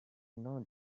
know